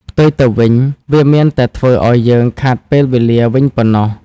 ផ្ទុយទៅវិញ វាមានតែធ្វើឱ្យយើងខាតពេលវេលាវិញប៉ុណ្ណោះ។